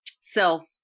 self